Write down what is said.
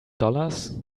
dollars